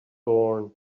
born